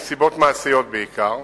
מסיבות מעשיות בעיקר.